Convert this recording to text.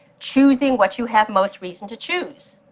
choosing what you have most reason to choose.